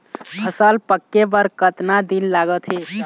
फसल पक्के बर कतना दिन लागत हे?